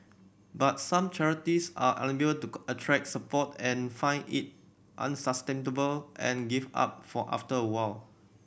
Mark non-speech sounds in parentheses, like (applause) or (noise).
but some charities are (unintelligible) to attract support and find it unsustainable and give up for after a while